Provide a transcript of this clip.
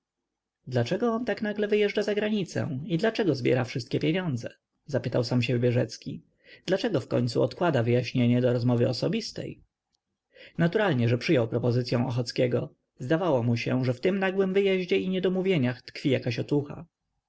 dlaczego on tak nagle wyjeżdża za granicę i dlaczego zbiera wszystkie pieniądze zapytał sam siebie rzecki dlaczego wkońcu odkłada wyjaśnienia do rozmowy osobistej naturalnie że przyjął propozycyą ochockiego zdawało mu się że w tym nagłym wyjeździe i niedomówieniach tkwi jakaś otucha